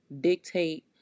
dictate